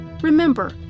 Remember